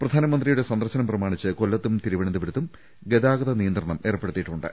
പ്രധാനമന്ത്രിയുടെ സന്ദർശനം പ്രമാണിച്ച് കൊല്ലത്തും തിരു വനന്തപുരത്തും ഗതാഗതനിയന്ത്രണം ഏർപ്പെടുത്തിയിട്ടുണ്ട്